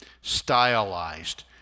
stylized